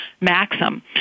maxim